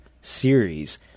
series